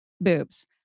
boobs